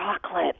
chocolate